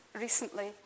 recently